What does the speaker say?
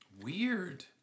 weird